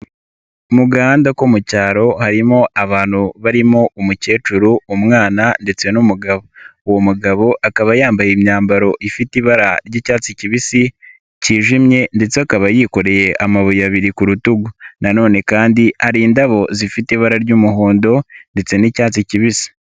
Mu gahanda ko mu cyaro harimo abantu barimo umukecuru, umwana ndetse n'umugabo. Uwo mugabo akaba yambaye imyambaro ifite ibara ry'icyatsi kibisi kijimye ndetse akaba yikoreye amabuye abiri ku rutugu na none kandi ari indabo zifite ibara ry'umuhondo ndetse n'icyatsi kibisi.